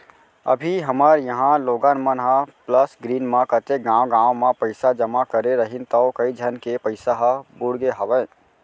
अभी हमर इहॉं लोगन मन ह प्लस ग्रीन म कतेक गॉंव गॉंव म पइसा जमा करे रहिन तौ कइ झन के पइसा ह बुड़गे हवय